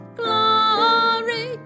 glory